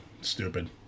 stupid